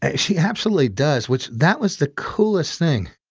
ah she absolutely does which that was the coolest thing.